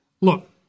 Look